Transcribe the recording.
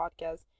podcast